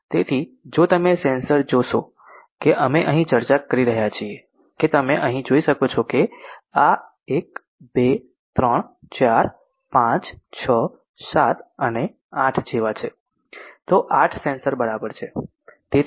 તેથી જો તમે સેન્સર જોશો કે અમે અહીં ચર્ચા કરી રહ્યાં છીએ કે તમે અહીં જોઈ શકો છો કે આ 1 2 3 4 5 6 7 અને 8 જેવા છે તો 8 સેન્સર બરાબર છે